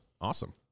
awesome